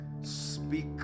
speak